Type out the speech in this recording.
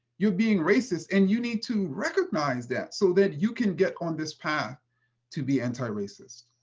you're being racist, and you need to recognize that so that you can get on this path to be anti-racist.